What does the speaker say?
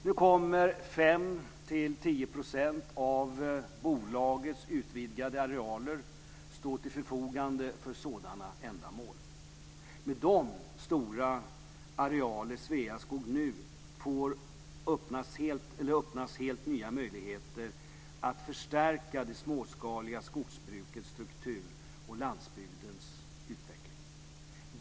Nu kommer 5-10 % av bolagets utvidgade arealer att stå till förfogande för sådana ändamål. Med de stora arealer Sveaskog nu får öppnas helt nya möjligheter att förstärka det småskaliga skogsbrukets struktur och landsbygdens utveckling.